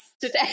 today